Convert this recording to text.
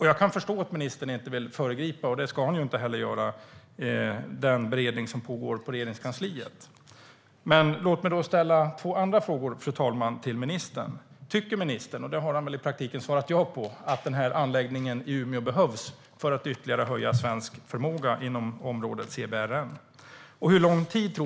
Jag kan förstå att ministern inte vill föregripa den beredning som pågår på Regeringskansliet, och det ska han ju inte heller göra. Men, fru talman, låt mig ställa några andra frågor till ministern. Tycker ministern - och det har han väl i praktiken svarat ja på - att den här anläggningen i Umeå behövs för att ytterligare utveckla svensk förmåga inom området CBRN?